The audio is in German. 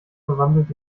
verwandelt